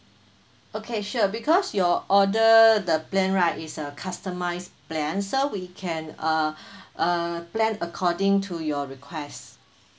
okay sure because your order the plan right is a customised plan so we can uh uh plan according to your request